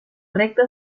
recto